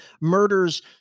murders